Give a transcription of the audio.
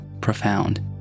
profound